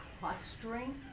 clustering